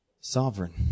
sovereign